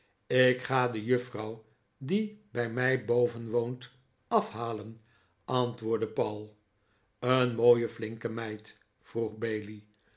ik ga de juffrouw die bij mij boven woont afhalen antwoordde paul een mooie flinke meid vroeg bailey